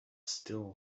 still